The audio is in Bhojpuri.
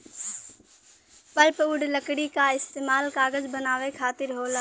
पल्पवुड लकड़ी क इस्तेमाल कागज बनावे खातिर होला